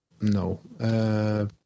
No